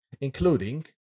including